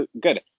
good